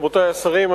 רבותי השרים,